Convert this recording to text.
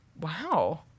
wow